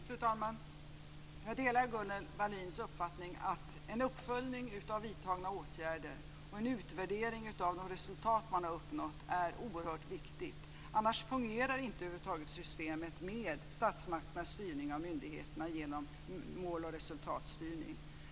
Fru talman! Jag delar Gunnel Wallins uppfattning, att en uppföljning av vidtagna åtgärder och en utvärdering av de resultat som har uppnåtts är oerhört viktigt. Annars fungerar över huvud taget inte systemet med statsmakternas styrning av myndigheterna genom mål och resultatstyrning.